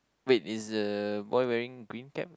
wait is the boy wearing green cap